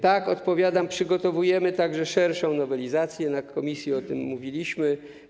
Tak, odpowiadam, przygotowujemy także szerszą nowelizację, na posiedzeniu komisji o tym mówiliśmy.